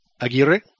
Aguirre